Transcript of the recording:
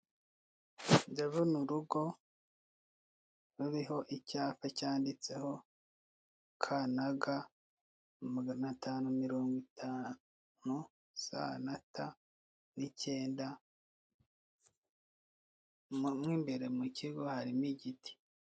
Ndabona urugo ruriho icyapa cyanditseho K na G magana atanu mirongo itanu S na T n'icyenda mu imbere mu kigo harimo igiti.